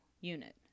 unit